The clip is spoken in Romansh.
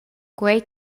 quei